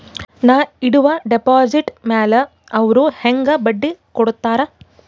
ನಾ ಇಡುವ ಡೆಪಾಜಿಟ್ ಮ್ಯಾಲ ಅವ್ರು ಹೆಂಗ ಬಡ್ಡಿ ಕೊಡುತ್ತಾರ?